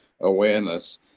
awareness